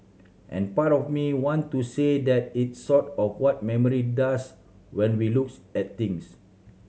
and part of me want to say that it's sort of what memory does when we looks at things